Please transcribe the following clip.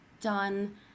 done